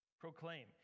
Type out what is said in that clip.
Proclaim